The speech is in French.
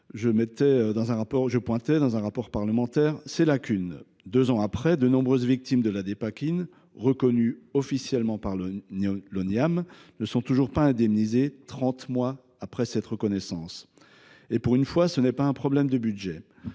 ces lacunes dans un rapport parlementaire. Deux ans après, de nombreuses victimes de la Dépakine, pourtant reconnues officiellement par l’Oniam, ne sont toujours pas indemnisées trente mois après cette reconnaissance. Pour une fois, ce n’est pas un problème de budget